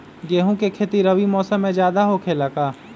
गेंहू के खेती रबी मौसम में ज्यादा होखेला का?